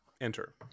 enter